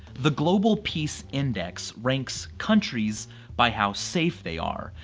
the global peace index ranks countries by how safe they are.